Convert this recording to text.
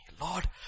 Lord